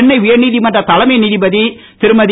சென்னை உயர்நீதிமன்ற தலைமை நீதிபதி திருமதி